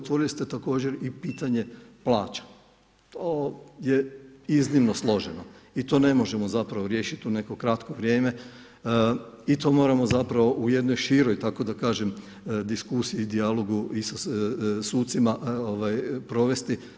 Otvorili ste također i pitanje plaća, to je iznimno složeno i to ne možemo zapravo riješiti u neko kratko vrijeme i to moramo zapravo u jednoj široj tako da kažem diskusiji, dijalogu i sa sucima provesti.